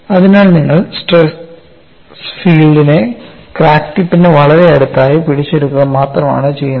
അതിനാൽ നിങ്ങൾ സ്ട്രെസ് ഫീൽഡിനെ ക്രാക്ക് ടിപ്പിന് വളരെ അടുത്തായി പിടിച്ചെടുക്കുക മാത്രമാണ് ചെയ്യുന്നത്